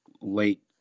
late